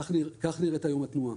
כך נראית היום התנועה.